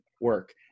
work